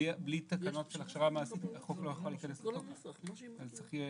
צריך שתהיה